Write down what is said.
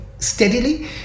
steadily